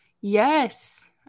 yes